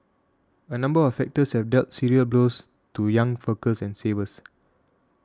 a number of factors have dealt serious blows to young workers and savers